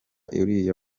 uriya